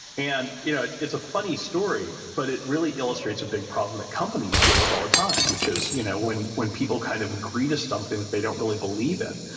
and you know it's it's a funny story, but it really illustrates a big problem that companies deal with all the time, which is you know when when people kind of agree to something that they don't really believe in.